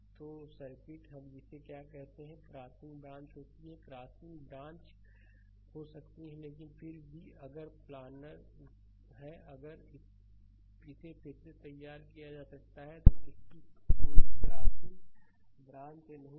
तो सर्किट हम जिसे क्या कहते हैं क्रॉसिंग ब्रांच होती हैं क्रॉसिंग ब्रांच हो सकती हैं लेकिन फिर भी अगर प्लानर अगर इसे फिर से तैयार किया जा सकता है तो इसकी कोई क्रॉसिंग ब्रांच नहीं हैं